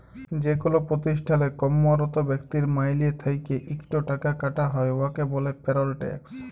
যেকল পতিষ্ঠালে কম্মরত ব্যক্তির মাইলে থ্যাইকে ইকট টাকা কাটা হ্যয় উয়াকে ব্যলে পেরল ট্যাক্স